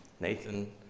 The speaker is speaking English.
Nathan